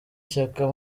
shyaka